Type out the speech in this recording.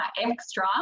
extra